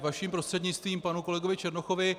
Vaším prostřednictvím panu kolegovi Černochovi.